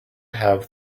have